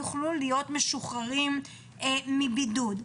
יוכלו להיות משוחררים מבידוד.